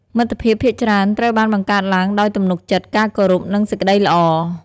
មិត្តភាពភាគច្រើនត្រូវបានបង្កើតឡើងដោយទំនុកចិត្ត ការគោរព និងសេចក្ដីល្អ។